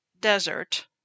desert